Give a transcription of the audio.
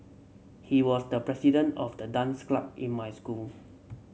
he was the president of the dance club in my school